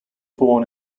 born